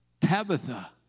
Tabitha